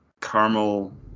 caramel